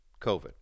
COVID